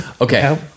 Okay